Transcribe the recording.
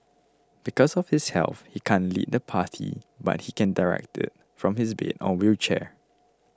because of his health he can't lead the party but he can direct it from his bed or wheelchair